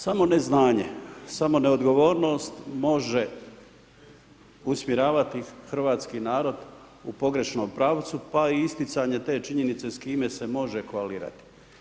Samo neznanje, samo neodgovornost može usmjeravati hrvatski narod u pogrešnom pravcu, pa i isticanje te činjenice s kime se može koalirati.